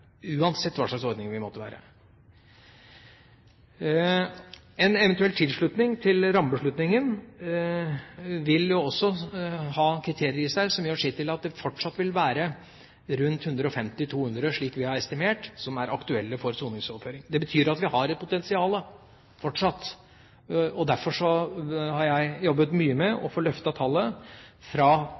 uansett hva slags ordninger vi måtte ha. En eventuell tilslutning til rammebeslutningen vil også ha kriterier i seg som gjør sitt til at det fortsatt vil være rundt 150–200, slik vi har estimert, som er aktuelle for soningsoverføring. Det betyr at vi fortsatt har et potensial. Derfor har jeg jobbet mye med å få løftet tallet fra